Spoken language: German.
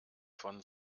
von